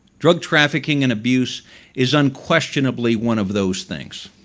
drug trafficking and abuse is unquestionably one of those things.